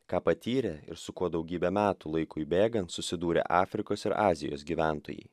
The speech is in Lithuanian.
ką patyrė ir su kuo daugybę metų laikui bėgant susidūrė afrikos ir azijos gyventojai